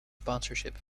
sponsorship